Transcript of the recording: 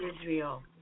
Israel